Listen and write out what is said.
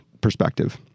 perspective